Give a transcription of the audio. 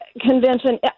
convention